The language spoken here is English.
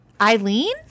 Eileen